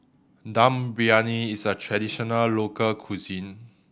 Dum Briyani is a traditional local cuisine